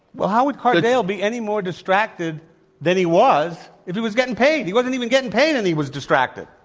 well, how would cardale be any more distracted than he was if he was getting paid? he wasn't even getting paid and he was distracted.